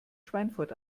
schweinfurt